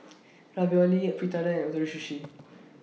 Ravioli Fritada and Ootoro Sushi